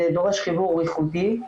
וזה דורש חיבור איכותי,